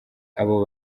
abo